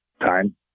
time